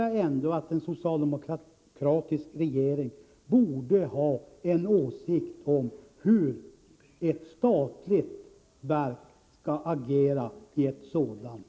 Jag tycker att en socialdemokratisk regering borde ha åsikter om hur ett statligt verk skall agera i detta fall.